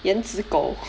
言辞狗